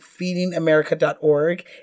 feedingamerica.org